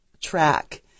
track